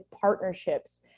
partnerships